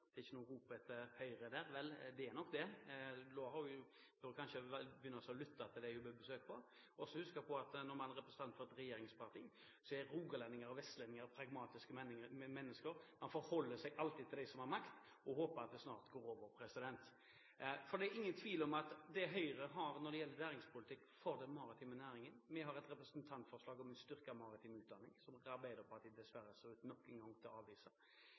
det ikke er noe rop etter Høyre der – vel, det er nok det. Hun bør kanskje begynne å lytte til dem hun er på besøk hos, og huske på at når man er representant for et regjeringsparti, er rogalendinger og vestlendinger pragmatiske mennesker – man forholder seg alltid til dem som har makt, og håper at det snart går over. Det er ingen tvil om hva Høyres politikk for den maritime næringen er: Vi har et representantforslag om en styrket maritim utdanning, som Arbeiderpartiet dessverre ser ut til å avvise nok en gang,